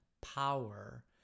power